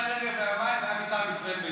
רגע, אחר כך תשאל.